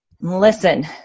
Listen